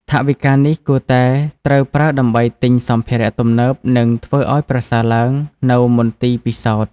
ថវិកានេះគួរតែត្រូវប្រើដើម្បីទិញសម្ភារៈទំនើបនិងធ្វើឱ្យប្រសើរឡើងនូវមន្ទីរពិសោធន៍។